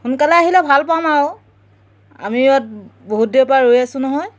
সোনকালে আহিলে ভাল পাম আৰু আমিও ইয়াত বহুত দেৰিৰপৰা ৰৈ আছো নহয়